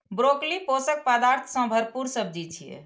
broccoli पोषक पदार्थ सं भरपूर सब्जी छियै